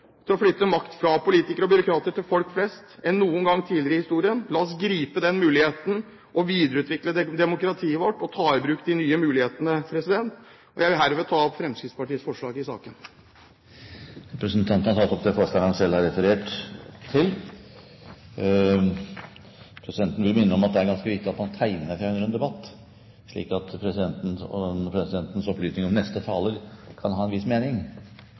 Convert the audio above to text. til å flytte makt fra politikere og byråkrater til folk flest enn noen ganger tidligere i historien. La oss gripe den muligheten og videreutvikle demokratiet vårt ved å ta i bruk de nye mulighetene. Jeg vil herved ta opp Fremskrittspartiets forslag i saken. Representanten Bård Hoksrud har tatt opp de forslag han refererte til. Presidenten vil minne om det er ganske viktig at man tegner seg tidlig i en debatt, slik at presidentens opplysninger om hvem som er neste taler, kan ha en viss mening.